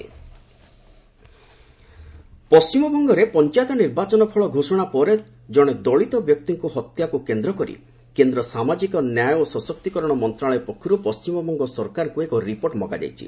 centre notice ପଶ୍ଚିମବଙ୍ଗରେ ପଞ୍ଚାୟତ ନିର୍ବାଚନ ଫଳ ଘୋଷଣା ପରେ ଜଣେ ଦଳିତ ବ୍ୟକ୍ତିଙ୍କ ହତ୍ୟାକୁ କେନ୍ଦ୍ର କରି କେନ୍ଦ୍ର ସାମାଜିକ ନ୍ୟାୟ ଓ ସଶକ୍ତିକରଣ ମନ୍ତ୍ରଣାଳୟ ପକ୍ଷରୁ ପଣ୍ଟିମବଙ୍ଗ ସରକାରଙ୍କୁ ଏକ ରିପୋର୍ଟ ମଗା ଯାଇଛି